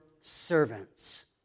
servants